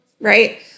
right